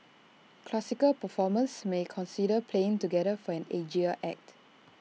classical performers may consider playing together for an edgier act